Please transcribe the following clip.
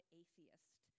atheist